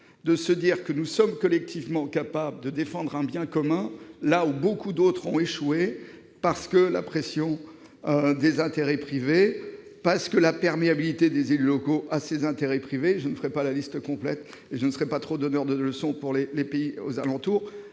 de considérer que nous sommes collectivement capables de défendre un bien commun, là où beaucoup d'autres ont échoué, du fait de la pression des intérêts privés et de la perméabilité des élus locaux à ces intérêts. Je ne ferai pas la liste complète et je ne serai pas trop donneur de leçons pour les pays alentour.